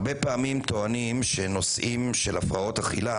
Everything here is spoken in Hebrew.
הרבה פעמים טוענים שנושאים של הפרעות אכילה